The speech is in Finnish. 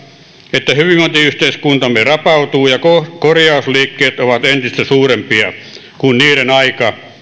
että hyvinvointiyhteiskuntamme rapautuu ja korjausliikkeet ovat entistä suurempia kun niiden aika